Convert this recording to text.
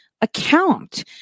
account